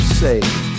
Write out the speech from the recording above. saved